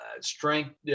strength